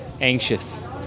anxious